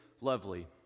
lovely